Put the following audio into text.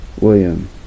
William